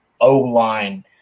O-line